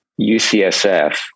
UCSF